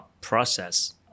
process